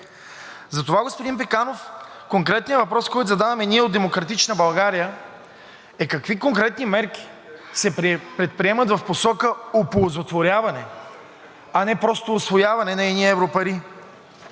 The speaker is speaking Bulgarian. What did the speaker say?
Затова, господин Пеканов, конкретният въпрос, който задаваме ние от „Демократична България“, е: какви конкретни мерки се предприемат в посока оползотворяване, а не просто усвояване на едни европари?